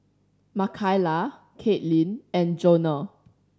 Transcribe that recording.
Makaila Katelynn and Jonah